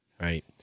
Right